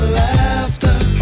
laughter